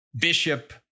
Bishop